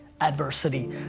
adversity